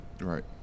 Right